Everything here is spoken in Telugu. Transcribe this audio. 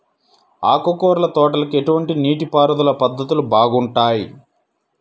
ఆకుకూరల తోటలకి ఎటువంటి నీటిపారుదల పద్ధతులు బాగుంటాయ్?